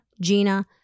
Gina